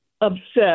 Obsessed